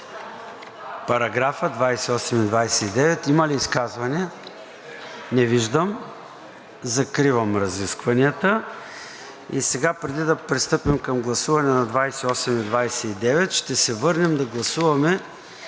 параграфа – 28 и 29. Има ли изказвания? Не виждам. Закривам разискванията. Преди да пристъпим към гласуване на § 28 и § 29, ще се върнем да гласуваме